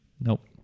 Nope